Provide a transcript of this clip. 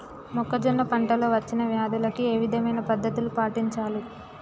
మొక్కజొన్న పంట లో వచ్చిన వ్యాధులకి ఏ విధమైన పద్ధతులు పాటించాలి?